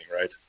right